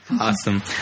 Awesome